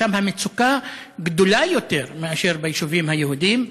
שם המצוקה גדולה יותר מאשר ביישובים היהודיים.